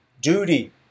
duty